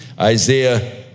Isaiah